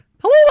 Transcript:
Hello